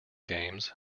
games